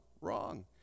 Wrong